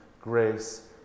grace